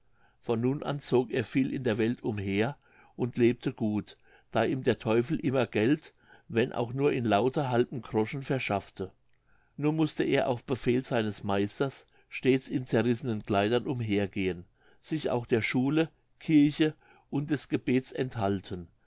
von nun an zog er viel in der welt umher und lebte gut da ihm der teufel immer geld wenn auch nur in lauter halben groschen verschaffte nur mußte er auf befehl seines meisters stets in zerrissenen kleidern umhergehen sich auch der schule kirche und des gebets enthalten